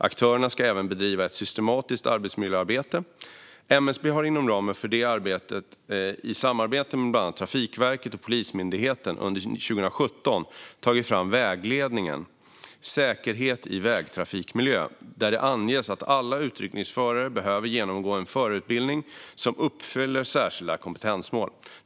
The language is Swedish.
Aktörerna ska även bedriva ett systematiskt arbetsmiljöarbete. MSB har inom ramen för det arbetet i samarbete med bland andra Trafikverket och Polismyndigheten under 2017 tagit fram vägledningen Säkerhet i vägtrafikmiljö , där det anges att alla utryckningsförare behöver genomgå en förarutbildning som uppfyller särskilda kompetensmål.